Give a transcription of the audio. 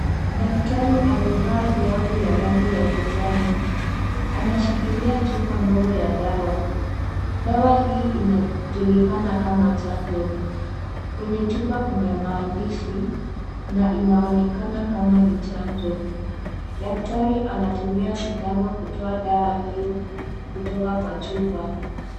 Daktari amevaa glavu ya rangi ya kijani , anashikilia chupa ndogo ya dawa. Dawa hii inajulikana kama chanjo, kwenye chupa kuna maandishi na inaonekana kama ni chanjo . Daktari anatumia sindano kutoa dawa hiyo kutoka Kwa chupa.